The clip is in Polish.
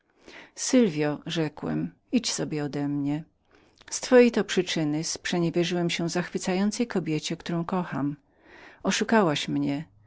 sylwio rzekłam idź sobie odemnie z twojej to przyczyny przeniewierzyłem się zachwycającej kobiecie którą kocham w hiszpanji oszukałaś mnie